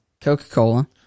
Coca-Cola